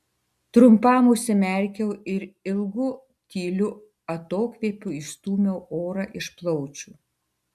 trumpam užsimerkiau ir ilgu tyliu atokvėpiu išstūmiau orą iš plaučių